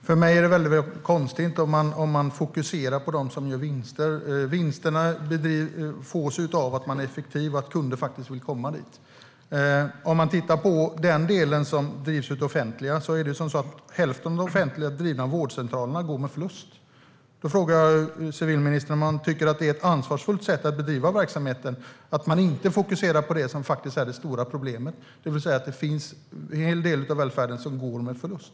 Herr talman! För mig är det väldigt konstigt om man fokuserar på dem som gör vinster. Vinster uppstår när man är effektiv och när kunder vill anlita en. Hälften av de offentligt drivna vårdcentralerna går med förlust. Då vill jag fråga civilministern om han tycker att det är ett ansvarsfullt sätt att bedriva verksamheter, att man inte fokuserar på det som är det stora problemet, det vill säga att en hel del välfärdsverksamheter går med förlust.